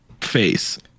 face